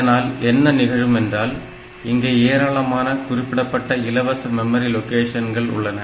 இதனால் என்ன நிகழும் என்றால் இங்கே ஏராளமான குறிப்பிடப்பட்ட இலவச மெமரி லொகேஷன்கள் உள்ளன